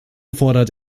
fordert